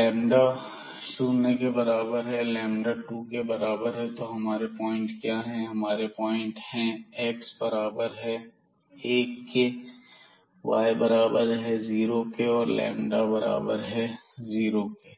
lambda शून्य के बराबर है लैंबदा 2 के बराबर है तो हमारे पॉइंट क्या हैं हमारे पॉइंट हैं x बराबर है 1 के y बराबर है 0 के और लैंबदा बराबर है जीरो के